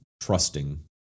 trusting